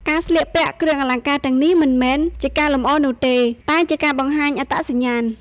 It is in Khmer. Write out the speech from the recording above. ការស្លៀកពាក់គ្រឿងអលង្ការទាំងនេះមិនមែនជាការលម្អនោះទេ តែជាការបង្ហាញអត្តសញ្ញាណ។